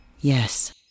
Yes